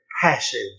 passive